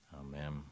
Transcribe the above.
Amen